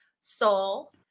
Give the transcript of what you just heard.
soul